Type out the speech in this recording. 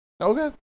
okay